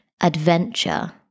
adventure